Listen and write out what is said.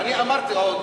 ואני אמרתי עוד,